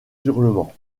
hurlements